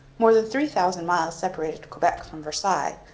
more than three thousand miles separated quebec from versailles,